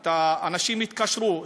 אנשים התקשרו,